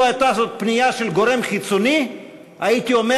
אילו הייתה זאת פנייה של גורם חיצוני הייתי אומר: